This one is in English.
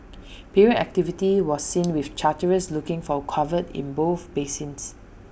period activity was seen with charterers looking for cover in both basins